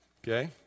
Okay